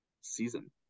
season